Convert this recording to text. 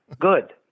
Good